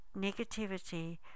negativity